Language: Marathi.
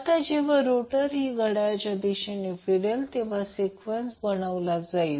आता जेव्हा रोटर ही घड्याळाच्या दिशेने फिरेल तेव्हा सिक्वेन्स हा बनवला जाईल